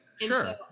sure